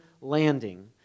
landing